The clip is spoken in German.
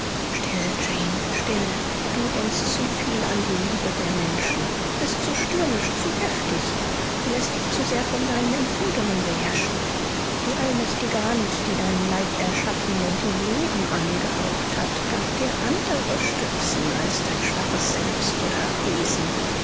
still jane still du denkst zu viel an die liebe der menschen du bist zu stürmisch zu heftig du läßt dich zu sehr von deinen empfindungen beherrschen die allmächtige hand die deinen leib erschaffen und ihm leben eingehaucht hat gab dir andere stützen als dein schwaches selbst oder wesen